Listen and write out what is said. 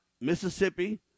Mississippi